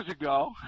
ago